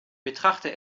betrachte